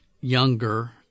younger